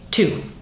Two